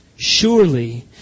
surely